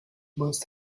must